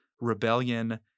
rebellion